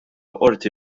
qorti